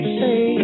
say